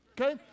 okay